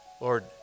Lord